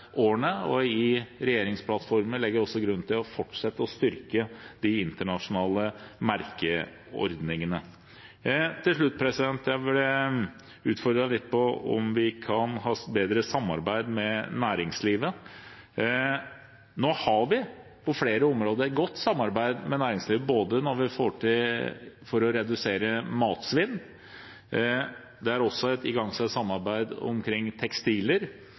årene, og i regjeringsplattformen legges det til grunn at vi skal fortsette å styrke de internasjonale merkeordningene. Til slutt: Jeg ble utfordret på om vi kan ha bedre samarbeid med næringslivet. Nå har vi på flere områder et godt samarbeid med næringslivet, f.eks. for å redusere matsvinn. Det er også igangsatt et samarbeid når det gjelder tekstiler.